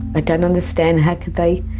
like and understand how could they